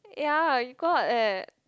ya you got eh